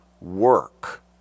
work